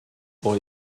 pour